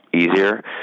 easier